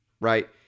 right